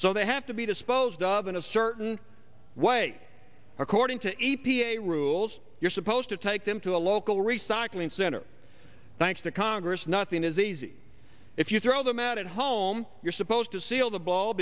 so they have to be disposed of in a certain way according to e p a rules you're supposed to take them to a local recycling center thanks to congress nothing is easy if you throw them out at home you're supposed to seal the ball